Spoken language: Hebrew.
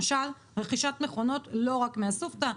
למשל, רכישת מכונות לא רק מאסופתא.